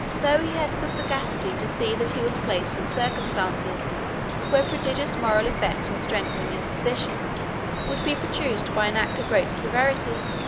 though he had the sagacity to see that he was placed in circumstances where prodigious moral effect in strengthening his position would be produced by an act of great severity,